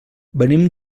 venim